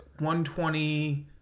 120